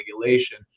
regulation